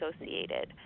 associated